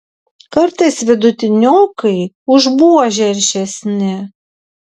kartais vidutiniokai už buožę aršesni